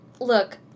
Look